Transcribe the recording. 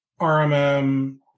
RMM